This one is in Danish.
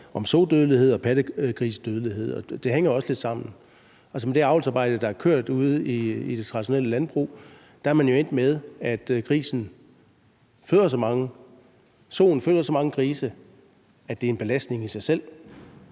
om sodødelighed og pattegrisedødelighed. Det hænger også lidt sammen. Altså, i forhold til det avlsarbejde, der er kørt ude i det traditionelle landbrug, er man jo endt med, at soen føder så mange grise, at det i sig selv er en belastning, og at